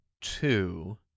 two